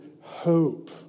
hope